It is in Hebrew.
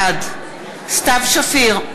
בעד סתיו שפיר,